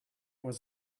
was